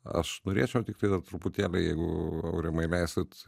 aš norėčiau tiktai dar truputėlį jeigu aurimai leisit